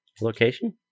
location